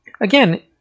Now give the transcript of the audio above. again